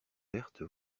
verte